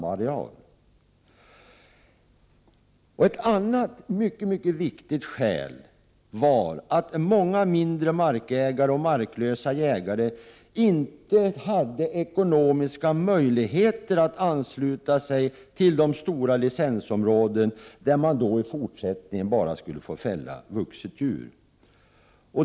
Ett annat mycket viktigt skäl var att många mindre markägare och marklösa jägare inte hade ekonomiska möjligheter att ansluta sig till de stora licensområden där man i fortsättningen bara skulle få fälla vuxet djur.